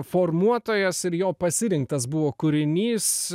formuotojas ir jo pasirinktas buvo kūrinys